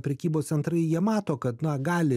prekybos centrai jie mato kad na gali